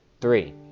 Three